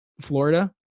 Florida